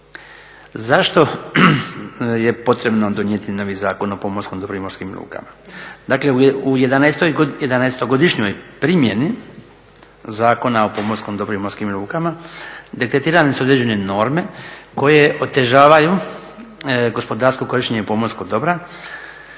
Zašto je potrebno donijeti novi Zakon o pomorskom dobru i morskim lukama? Dakle, u 11-godišnjoj primjeni Zakona o pomorskom dobru i morskim lukama detektirane su određene norme koje otežavaju gospodarsko korištenje pomorskog dobra